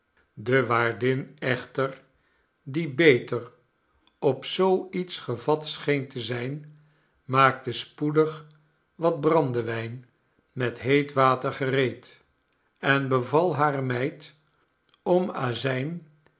de waardin echter die beter op zoo iets gevat scheen te zijn maakte spoedig wat brandewijn met heet water gereed en beval hare meid om azijn